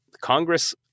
Congress